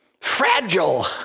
Fragile